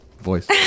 voice